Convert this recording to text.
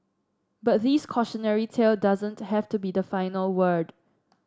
but this cautionary tale doesn't have to be the final word